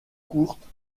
courte